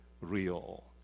real